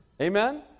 Amen